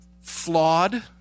flawed